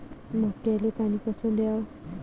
मक्याले पानी कस द्याव?